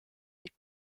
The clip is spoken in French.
des